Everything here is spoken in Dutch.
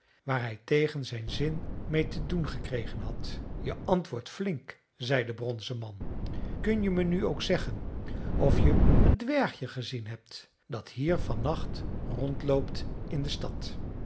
waar hij tegen zijn zin mee te doen gekregen had je antwoordt flink zei de bronzen man kun je me nu ook zeggen of je een dwergje gezien hebt dat hier van nacht rondloopt in de stad